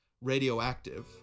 Radioactive